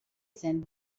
zen